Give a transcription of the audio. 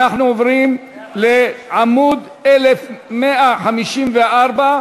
אנחנו עוברים לעמוד 1154,